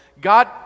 God